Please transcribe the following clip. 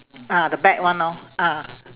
ah the bad one lor ah